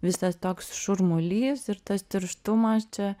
visas toks šurmulys ir tas tirštumas čia